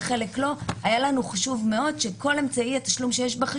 מכיוון שהתשלום במזומן זה בניכוי מה שמותר,